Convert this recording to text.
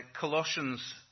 Colossians